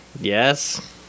Yes